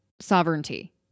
sovereignty